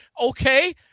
Okay